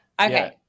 okay